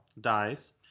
dies